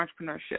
entrepreneurship